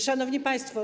Szanowni Państwo!